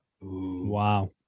Wow